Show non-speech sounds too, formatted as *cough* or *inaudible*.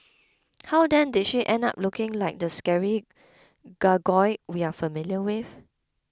how then did she end up looking like the scary *noise* gargoyle we are familiar with